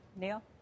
Neil